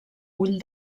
ull